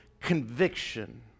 conviction